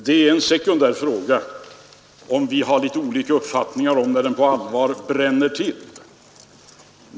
Det är sedan en sekundär fråga om vi har litet olika uppfattningar om när den på allvar bränner till.